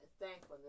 thankfulness